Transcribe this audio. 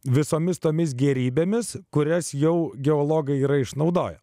visomis tomis gėrybėmis kurias jau geologai yra išnaudoję